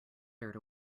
dirt